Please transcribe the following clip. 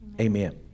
Amen